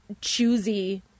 choosy